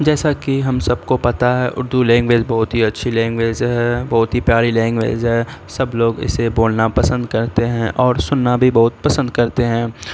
جیسا کہ ہم سب کو پتہ ہے اردو لینگویج بہت ہی اچھی لینگویج ہے بہت ہی پیاری لینگویج ہے سب لوگ اسے بولنا پسند کرتے ہیں اور سننا بھی بہت پسند کرتے ہیں